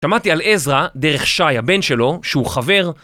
שמעתי על עזרא דרך שי הבן שלו שהוא חבר